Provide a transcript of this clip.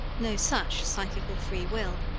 no such psychical free-will.